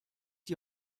die